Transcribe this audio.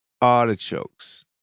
artichokes